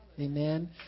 Amen